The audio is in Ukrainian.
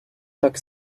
так